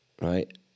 right